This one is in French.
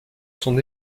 son